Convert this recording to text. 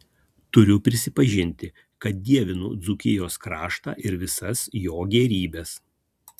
turiu prisipažinti kad dievinu dzūkijos kraštą ir visas jo gėrybes